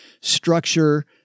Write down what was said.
structure